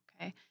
Okay